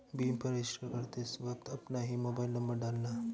भीम पर रजिस्टर करते वक्त अपना ही मोबाईल नंबर डालना